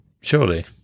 surely